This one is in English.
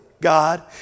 God